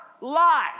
life